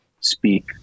speak